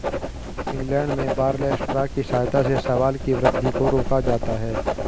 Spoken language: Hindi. इंग्लैंड में बारले स्ट्रा की सहायता से शैवाल की वृद्धि को रोका जाता है